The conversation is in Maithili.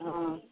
हँ